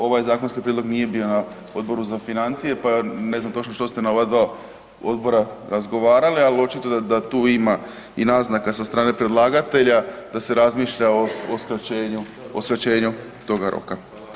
Ovaj zakonski prijedlog nije bio na Odboru za financije, pa ne znam točno što ste na ova dva odbora razgovarali, al očito da tu ima i naznaka sa strane predlagatelja da se razmišlja o skraćenju, o skraćenju toga roka.